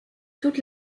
toutes